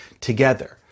together